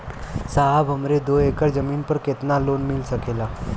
साहब हमरे दो एकड़ जमीन पर कितनालोन मिल सकेला?